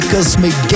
Cosmic